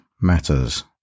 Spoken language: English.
matters